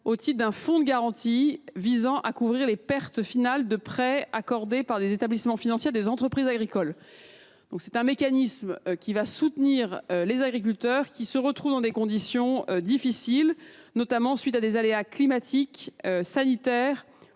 au titre du fonds de garantie visant à couvrir les pertes finales de prêts accordés par des établissements financiers à des entreprises agricoles. Par ce mécanisme, il s’agit de soutenir les agriculteurs qui se trouvent dans une situation difficile du fait d’aléas climatiques, sanitaires